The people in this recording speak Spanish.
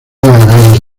ganas